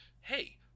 hey